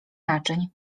naczyń